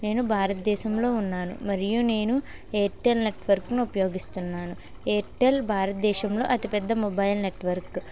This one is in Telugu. నేను భారతదేశంలో ఉన్నాను మరియు నేను ఎయిర్టెల్ నెట్వర్క్ ను ఉపయోగిస్తున్నాను ఎయిర్టెల్ భారత దేశంలో అతిపెద్ద మొబైల్ నెట్వర్క్